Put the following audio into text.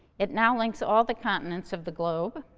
it now links all the continents of the globe,